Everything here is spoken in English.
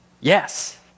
Yes